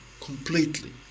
completely